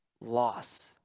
loss